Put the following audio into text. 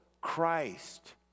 Christ